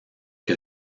que